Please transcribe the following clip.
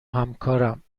همکارم